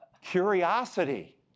Curiosity